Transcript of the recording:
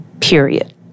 period